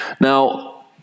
Now